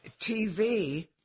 TV